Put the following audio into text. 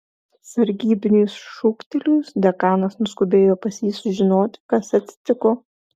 sargybiniui šūktelėjus dekanas nuskubėjo pas jį sužinoti kas atsitiko